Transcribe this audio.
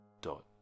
Dot